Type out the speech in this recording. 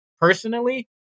personally